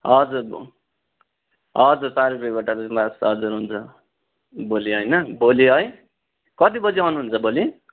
हजुर हजुर चार रुपियाँ गोटा चाहिँ लास्ट हजुर हुन्छ भोलि हैन भोलि है कति बजे आउनुहुन्छ भोलि